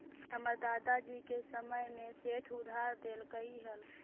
हमर दादा जी के समय में सेठ उधार देलकइ हल